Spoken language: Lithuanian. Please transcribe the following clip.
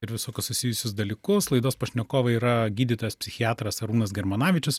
ir visokius susijusius dalykus laidos pašnekovai yra gydytojas psichiatras arūnas germanavičius